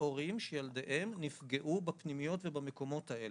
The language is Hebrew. ההורים שילדיהם נפגעו בפנימיות ובמקומות האלה,